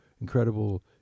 incredible